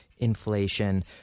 inflation